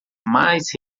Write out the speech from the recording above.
mais